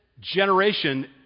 generation